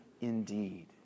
indeed